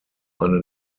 eine